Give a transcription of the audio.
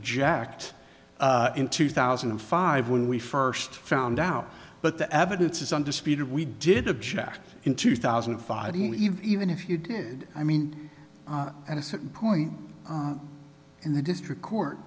object in two thousand and five when we first found out but the evidence is undisputed we did the shot in two thousand and five even if you did i mean at a certain point in the district court